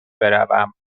بروم